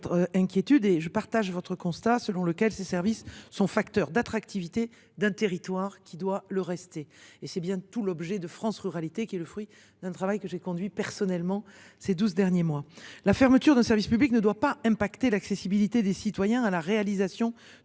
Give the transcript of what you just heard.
inquiétude et je partage votre constat selon lequel ces services sont des facteurs d’attractivité d’un territoire et doivent le rester. Tel est précisément l’objet du plan France Ruralités, fruit d’un travail que j’ai conduit personnellement au cours des douze derniers mois. La fermeture d’un service public ne doit pas affecter l’accès des citoyens à la réalisation de